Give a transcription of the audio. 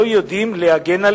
לא יודעים להגן.